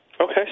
Okay